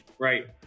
Right